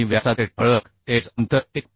व्यासाचे ठळक एज अंतर 1